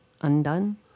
undone